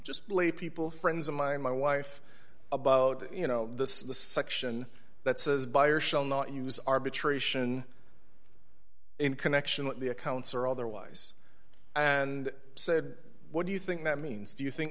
just lay people friends of mine my wife about you know this is the section that says buyer shall not use arbitration in connection with the accounts or otherwise and said what do you think that means do you think